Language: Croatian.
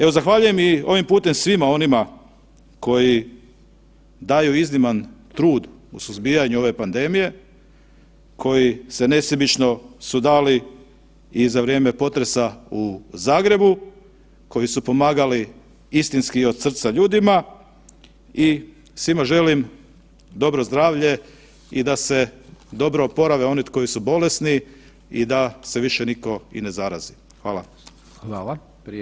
Evo zahvaljujem i ovim putem svima onima koji daju izniman trud u suzbijanju ove pandemije koji se nesebično su dali i za vrijeme potresa u Zagrebu, koji su pomagali istinski i od srca ljudima i svima želim dobro zdravlje i da se dobro oporave oni koji su bolesni i da se više niko i ne zarazi.